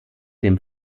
dem